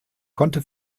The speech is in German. konnte